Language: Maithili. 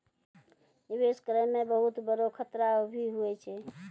निवेश करै मे बहुत बड़ो खतरा भी हुवै छै